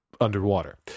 underwater